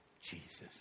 Jesus